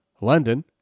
London